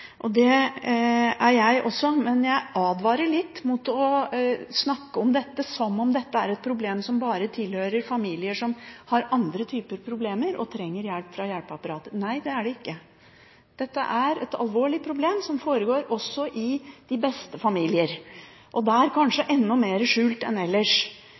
Det er jeg også, men jeg advarer litt mot å snakke om dette som om det er et problem som bare gjelder familier som har andre typer problemer og trenger hjelp fra hjelpeapparatet. Det er det ikke. Dette er et alvorlig problem som også foregår i de beste familier – og der kanskje enda mer skjult enn ellers.